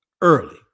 early